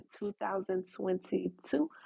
2022